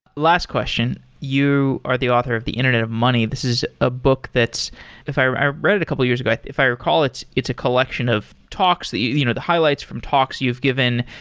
last question. you are the author of the internet of money. this is a book that's i i read it a couple of years ago. if i recall it's, it's a collection of talks. the you know the highlights from talks you've given.